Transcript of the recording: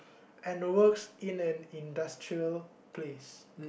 and works in an industrial place